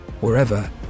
wherever